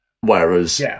whereas